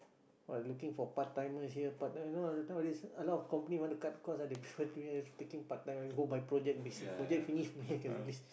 !wah! looking for part timers here part timer nowadays a lot of company want to cut cost ah they prefer doing taking part time go by project basis project finish meaning I can release